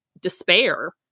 despair